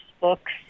books